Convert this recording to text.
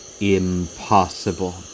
impossible